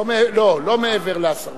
לא מעבר לעשרות.